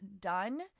done